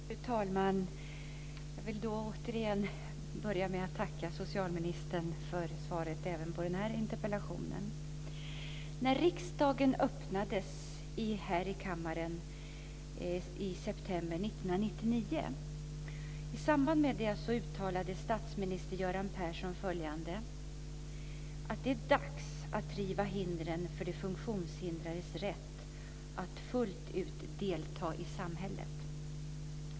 Fru talman! Jag vill återigen börja med att tacka socialministern för svaret även på den här interpellationen. 1999 uttalade statsminister Göran Persson att det är dags att riva hindren för de funktionshindrades rätt att fullt ut delta i samhället.